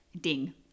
Ding